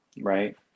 right